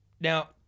Now